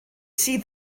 see